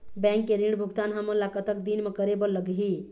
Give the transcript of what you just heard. Bank के ऋण भुगतान हमन ला कतक दिन म करे बर लगही?